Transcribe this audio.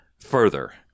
further